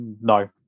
no